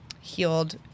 healed